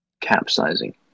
capsizing